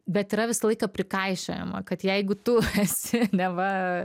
bet yra visą laiką prikaišiojama kad jeigu tu esi neva